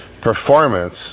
performance